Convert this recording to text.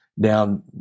down